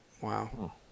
Wow